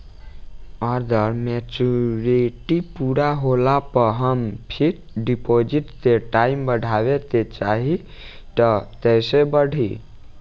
अगर मेचूरिटि पूरा होला पर हम फिक्स डिपॉज़िट के टाइम बढ़ावे के चाहिए त कैसे बढ़ी?